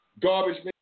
garbage